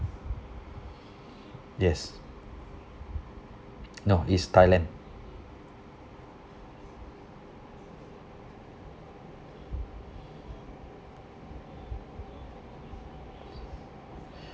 yes no it's thailand